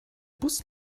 bus